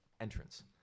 entrance